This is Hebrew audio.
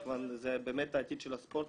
זה העתיד של הספורט,